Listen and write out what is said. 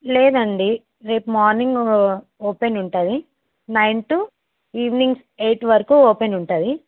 లేదండి రేపు morning open ఉంటుంది నైన్ టు ఈవినింగ్ ఎయిట్ వరకు ఓపెన్ ఉంటుంది